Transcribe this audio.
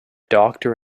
doctor